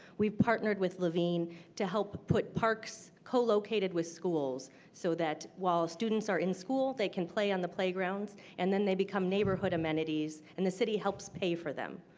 we have partnered with laveen to help put parks co-located with schools so that while students are in school, they can play on the playgrounds and then they become neighborhood amenities. and the city helps pay for them.